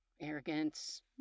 arrogance